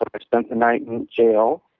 ah but spent the night in jail,